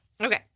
Okay